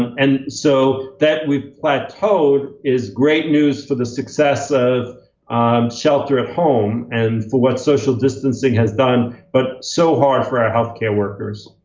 and so that, we've plateau is great news for the success of shelter-at-home, and for what social distancing has done, but so hard for our healthcare workers.